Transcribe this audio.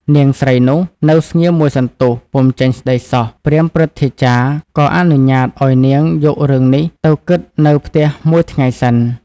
នាងស្រីនោះ នៅស្ងៀមមួយសន្ទុះ ពុំចេញស្តីសោះ ព្រាហ្មណ៍ព្រឹទ្ធាចារ្យ ក៏អនុញ្ញាតឲ្យនាងយករឿងនេះទៅគិតនៅផ្ទះមួយថ្ងៃសិន។